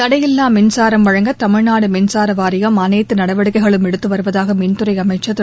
தடையில்லா மின்சாரம் வழங்க தமிழ்நாடு மின்சார வாரியம் அனைத்து நடவடிக்கைகளும் எடுத்து வருவதாக மின்துறை அமைச்சர் திரு